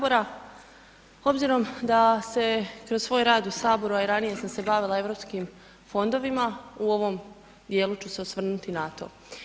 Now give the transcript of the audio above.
Obzirom da se kroz svoj rad u saboru, a i ranije sam se bavila Europskim fondovima u ovom dijelu ću se osvrnuti na to.